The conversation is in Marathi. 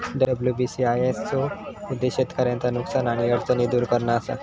डब्ल्यू.बी.सी.आय.एस चो उद्देश्य शेतकऱ्यांचा नुकसान आणि अडचणी दुर करणा असा